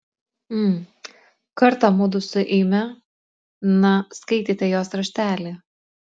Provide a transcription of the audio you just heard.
mm kartą mudu su eime na skaitėte jos raštelį